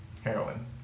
Heroin